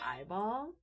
eyeball